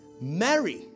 marry